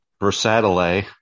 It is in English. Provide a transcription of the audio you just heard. Versatile